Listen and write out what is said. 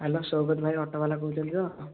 hello Subrata ଭାଇ ଅଟୋବାଲା କହୁଛନ୍ତି ତ